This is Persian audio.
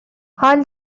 حال